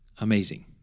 amazing